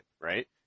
right